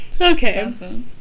Okay